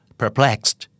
perplexed